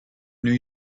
new